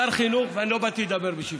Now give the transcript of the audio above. שר החינוך, ואני לא באתי לדבר בשבחו,